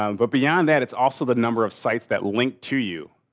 um but beyond that, it's also the number of sites that link to you.